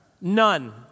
None